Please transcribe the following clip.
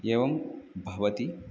एवं भवति